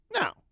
Now